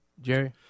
Jerry